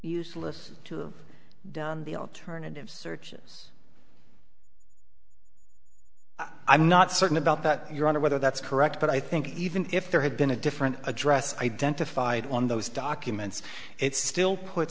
useless to have done the alternative searches i'm not certain about that your honor whether that's correct but i think even if there had been a different address identified on those documents it still put